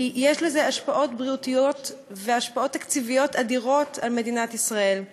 כי יש לזה השפעות בריאותיות והשפעות תקציביות אדירות על מדינת ישראל,